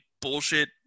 bullshit